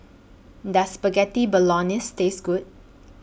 Does Spaghetti Bolognese Taste Good